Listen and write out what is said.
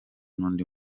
n’undi